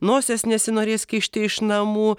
nosies nesinorės kišti iš namų